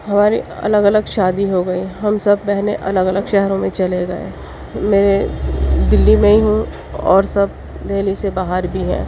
ہماری الگ الگ شادی ہو گئی ہم سب بہنیں الگ الگ شہروں میں چلے گئے میں دلّی میں ہوں اور سب دہلی سے باہر بھی ہیں